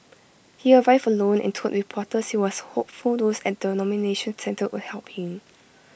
he arrived alone and told reporters he was hopeful those at the nomination centre would help him